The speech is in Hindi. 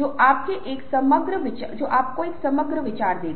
यदि लोग थोड़ा सतर्क हैं समूह के बारे में थोड़ा सतर्क हैं तो